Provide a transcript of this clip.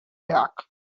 back